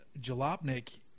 Jalopnik